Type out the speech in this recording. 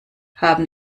haben